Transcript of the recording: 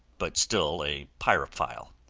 but still a pyrophile.